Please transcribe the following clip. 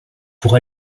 pour